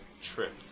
trip